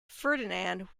ferdinand